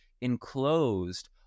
enclosed